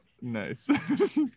nice